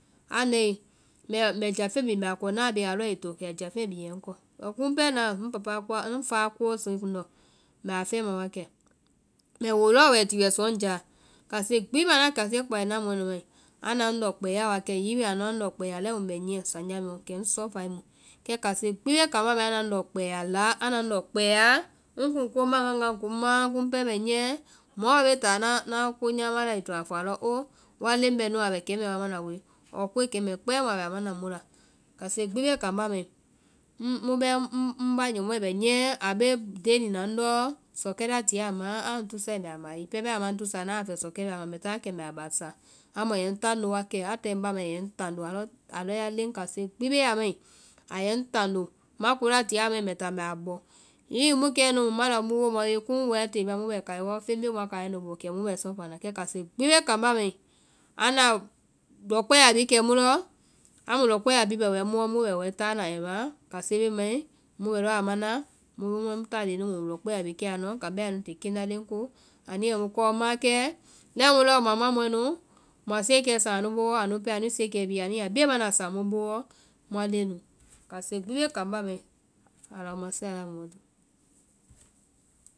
A lae mbɛ jáfeŋ bi mbɛ kɔ, ŋna a bee a ye a lɔ ai to, kɛ ai jáfeŋ bi a yɛ kumu pɛɛ ŋ papa ŋ fa a ko a sɔe ŋ kundɔ a yɛ ŋ fɛma wa kɛ. Mbɛ woo lɔɔ wɛ ai ti sɔɔ ŋjáa. Kase gbi, ŋna kase kpae na mɔɛ nu ma, anda ŋndɔ kpɛa wa kɛ, hiŋi wi anu ma ŋndɔ kpɛa lɛi mu ŋ bɛ kɛ niyɛ sanjá mɛɛɔ kɛ ŋ sufae mu. Kɛ kase gbi bee kambá mai anda ŋ lɔ kpɛɛ ya a la- anda ŋ lɔ kpɛɛ yaa ŋ kuŋ ko maã ŋ kuŋma, kumu pɛɛ ŋbɛ nyiɛ, mɔ oo mɔ bee ta ŋna ko nyama ai toa fɔ alɔ oo woa leŋ bɛ nu a bɛ kɛɛ wa mana woe, ɔɔ koe kɛmɛɛ kpɛɛ mu a bɛ a mana mu la. Kase gbi bee kambá mai, mu mu bɛ ŋ ba nyɔmɔɛ bɛ niyɛ a bee denina ŋndɔ, sɔkɛ a tie a maa a ŋ tusae mbɛ a ma ye, hiŋi pɛɛ a ma ŋ tusa, ŋna a fɛe sɔkɛ bɛ a ma, mbɛ táa wa kɛ mbɛ a basa. Amu a yɛ ŋ tando wa kɛ a tae ŋ ba mai, ayɛ ŋ tando, a lɔ, alɔ ya leŋɛ kase gbi bee a mai, a yɛ ŋ tando. Ma ko la tia amai mbɛ táa mbɛ a bɔ. hiŋi wi mu kɛnu mu ma lao muã mɔɛ nu ye, kumu wɛɛ tée mɛɛ mu bɛ kai wɔɔ amu feŋ bee muã kaiɛ nu boo kɛ mu bɛ sɔfa na, kɛ kase gbi bee kambá. anda lɔ kpɛa bhii kɛ mu lɔ, amu lɔ kpɛa bhii bɛ mu lɔ mu bɛ wɛ táa na around, kase bee mai, mu bɛ lɔɔ ama naa, mu bɛ mu tá leŋɛ nu muã lɔ kpɛa bhii kɛa anuɔ, kambá yaa anu ti keŋ la leŋ ko, ani yɛ mu kɔɔ maãkɛɛ, lɛi mu muã muã mɔɛ nu, muã siyekɛ saŋ anu booɔ, anu pɛɛ anu siyekɛ bhii anu yaa beema saŋ mu booɔ, muã leŋɛ nu, kase gbi bee kambá mai. Álaoma sahala mɔmɔdo.